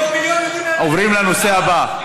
עוברים לנושא הבא.